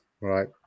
Right